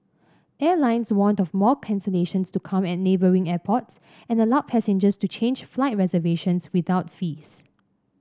airlines warned of more cancellations to come at neighbouring airports and allowed passengers to change flight reservations without fees